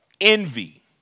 envy